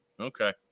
Okay